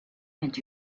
and